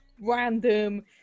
random